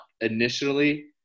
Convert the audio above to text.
initially